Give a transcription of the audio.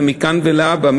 ומכאן ולהבא,